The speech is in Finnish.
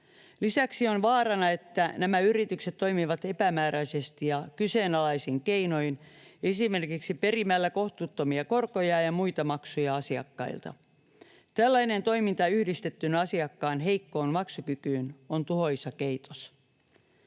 Lisäksi on vaarana, että nämä yritykset toimivat epämääräisesti ja kyseenalaisin keinoin esimerkiksi perimällä kohtuuttomia korkoja ja muita maksuja asiakkailta. Tällainen toiminta yhdistettynä asiakkaan heikkoon maksukykyyn on tuhoisa keitos.